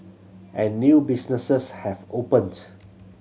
and new businesses have opened